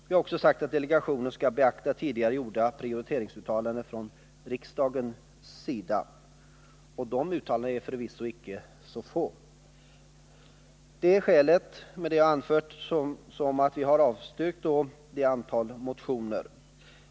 Vi har också sagt att delegationen skall beakta tidigare gjorda prioriteringsuttalanden från riksdagens sida. Och de uttalandena är förvisso icke så få. Det är skälet till att vi, som jag anfört, har avstyrkt ett antal motioner.